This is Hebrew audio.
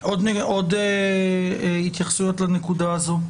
עוד התייחסויות לנקודה הזאת?